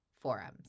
forums